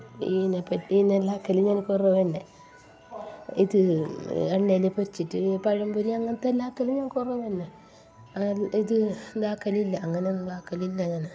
ഇതിനെ പറ്റി നല്ല ആക്കൽ ഞാൻ കുറവ് തന്നെ ഇത് എണ്ണയിൽ പൊരിച്ചിട്ടു പഴം പൊരി അങ്ങനത്തെ എല്ലാം ആക്കൽ കുറവ് തന്നെ ഇത് ആക്കലില്ല അങ്ങനെ ഒന്നും ആക്കലില്ല ഞാൻ